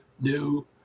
new